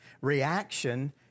reaction